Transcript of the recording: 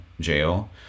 jail